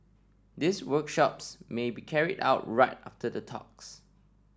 these workshops may be carried out right after the talks